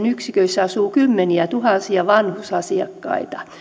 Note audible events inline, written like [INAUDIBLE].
[UNINTELLIGIBLE] yksiköissä asuu kymmeniätuhansia vanhusasiakkaita